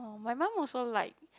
my mum also like